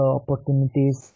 opportunities